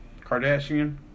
Kardashian